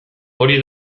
hori